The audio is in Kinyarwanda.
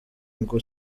ngo